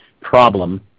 problem